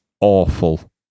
awful